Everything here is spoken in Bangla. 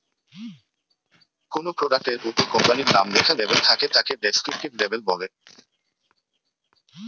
কোনো প্রোডাক্ট এর উপর কোম্পানির নাম লেখা লেবেল থাকে তাকে ডেস্ক্রিপটিভ লেবেল বলে